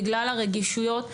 בגלל הרגישויות,